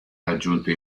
raggiunto